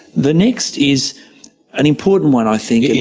the next is an important one i think.